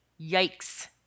yikes